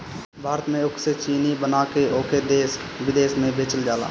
भारत में ऊख से चीनी बना के ओके देस बिदेस में बेचल जाला